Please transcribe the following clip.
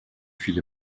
viele